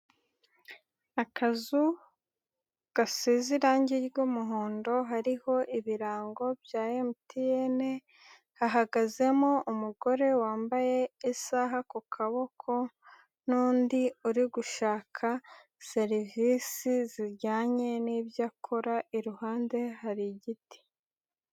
Akazu gasize irangi ry'umuhondo, hariho ibirango bya MTN, hahagazemo umugore wambaye isaha ku kaboko n'undi uri gushaka serivisi zijyanye n'ibyo akora, iruhande hari igiti.